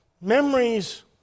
Memories